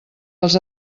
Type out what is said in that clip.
els